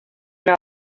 una